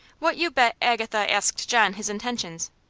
what you bet agatha asked john his intentions?